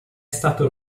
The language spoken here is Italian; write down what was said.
stato